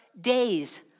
days